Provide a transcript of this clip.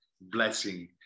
blessing